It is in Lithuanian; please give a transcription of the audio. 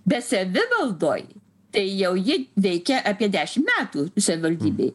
bet savivaldoj tai jau ji veikia apie dešim metų savivaldybėj